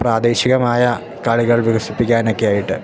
പ്രാദേശികമായ കളികൾ വികസിപ്പിക്കാനൊക്കെയായിട്ട്